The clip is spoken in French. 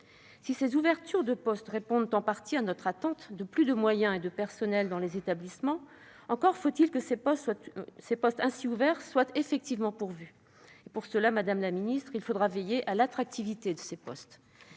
Si ces ouvertures de postes répondent en partie à notre attente de plus de moyens et de personnels dans les établissements, encore faut-il que les postes ainsi ouverts soient effectivement pourvus ... Pour cela, madame la secrétaire d'État, il faudra veiller à leur attractivité. Par ailleurs,